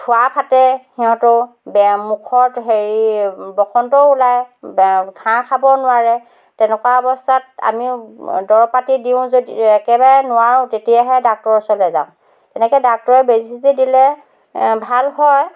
ঠুৰা ফাটে সিহঁতৰো বেয়া মুখত হেৰি বসন্তও ওলায় ঘাঁহ খাব নোৱাৰে তেনেকুৱা অৱস্থাত আমিও দৰৱ পাতি দিওঁ যদিও একেবাৰে নোৱাৰোঁ তেতিয়াহে ডাক্টৰৰ ওচৰলৈ যাওঁ এনেকে ডাক্টৰৰ বেজী চেজী দিলে ভাল হয়